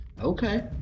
okay